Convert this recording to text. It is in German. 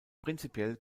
prinzipiell